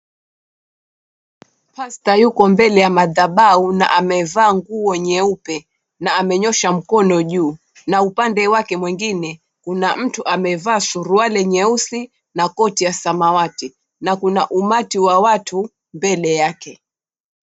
Pastor yuko mbele ya madhabahu na amevaa nguo nyeupe na amenyosha mkono juu na upande wake mwingine kuna mtu amevaa suruari nyeusi na koti ya samawati. Kuna umati wa watu mbele yake.